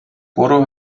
برو